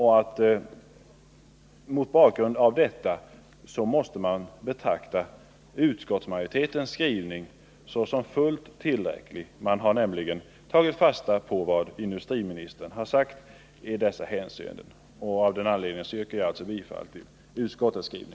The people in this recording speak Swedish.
Mot den bakgrunden måste man betrakta utskottsmajoritetens skrivning såsom fullt tillräcklig, eftersom man där har tagit fasta på vad industriministern sagt i dessa hänseenden. Med detta yrkar jag bifall till utskottets hemställan.